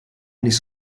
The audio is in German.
nicht